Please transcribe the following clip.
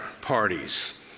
parties